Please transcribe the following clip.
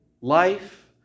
life